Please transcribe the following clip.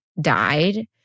died